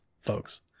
folks